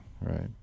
right